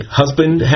husband